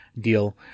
deal